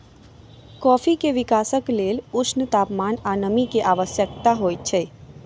coffee के विकासक लेल ऊष्ण तापमान आ नमी के आवश्यकता होइत अछि